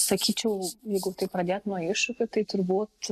sakyčiau jeigu taip pradėt nuo iššūkių tai turbūt